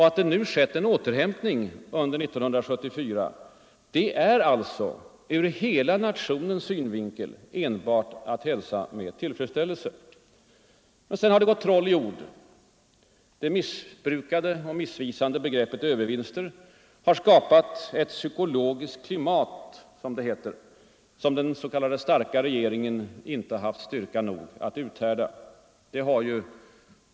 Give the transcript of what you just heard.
Att det har skett en återhämtning under 1974 är alltså ur hela nationens synvinkel enbart att hälsa med tillfredsställelse. Men det har gått troll i ord. Det missbrukade och missvisande begreppet ”övervinster” har skapat ett psykologiskt klimat som den s.k. starka regeringen inte haft styrka nog att uthärda.